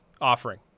offering